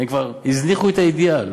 הם כבר זנחו את האידיאל,